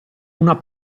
una